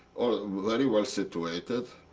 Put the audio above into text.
very well situated,